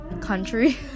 country